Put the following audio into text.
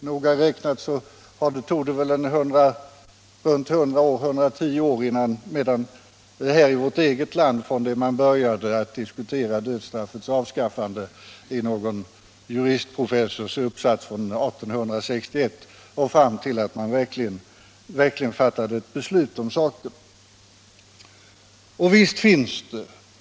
Noga räknat tog det väl 100-110 år i vårt eget land från det att någon juristprofessor 1861 började diskutera dödsstraffets avskaffande i en uppsats och fram till dess att man verkligen fattade ett beslut om saken.